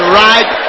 right